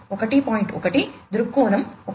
1 దృక్కోణం 1